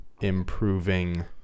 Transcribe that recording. improving